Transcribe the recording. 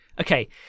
okay